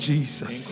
Jesus